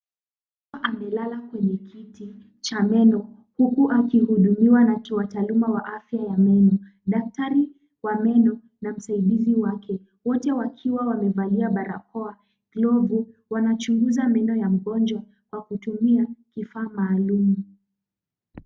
Amelala kwenye kiti cha meno huku akihudumiwa na wataalamu wa afya ya meno. Daktari wa meno na msaidizi wake, wote wakiwa wamevalia barakoa, glovu, wanachunguza meno ya mgonjwa kwa kutumia kifaa maalum.